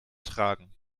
tragen